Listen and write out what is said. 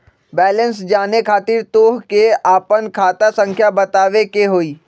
Balance जाने खातिर तोह के आपन खाता संख्या बतावे के होइ?